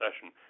session